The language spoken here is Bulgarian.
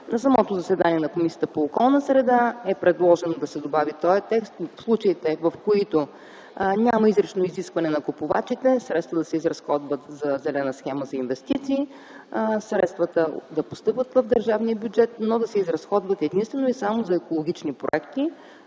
на самото заседание на Комисията по околната среда и водите е предложено да се добави този текст – случаите, в които няма изрично изискване на купувачите, средствата да се изразходват за зелена схема за инвестиции. Средствата да постъпват в държавния бюджет, но да се изразходват единствено и само за екологични проекти.